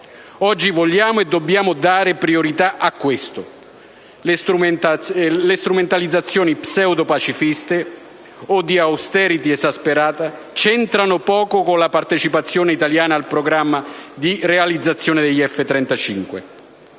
Oggi vogliamo e dobbiamo dare priorità a questo. Le strumentalizzazioni pseudopacifiste o di *austerity* esasperata c'entrano poco con la partecipazione italiana al programma di realizzazione degli F-35.